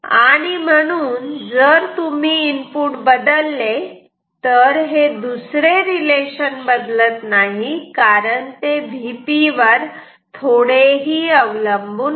आणि म्हणून जर तुम्ही इनपुट बदलले तर हे दुसरे रिलेशन बदलत नाही कारण ते Vp वर थोडेही अवलंबून नाही